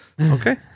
Okay